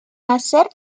nacer